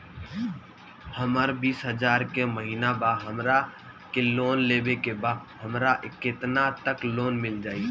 हमर बिस हजार के महिना बा हमरा के लोन लेबे के बा हमरा केतना तक लोन मिल जाई?